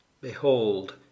Behold